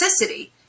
toxicity